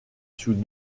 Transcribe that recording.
sous